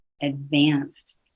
advanced